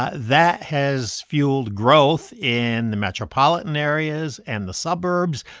ah that has fueled growth in the metropolitan areas and the suburbs.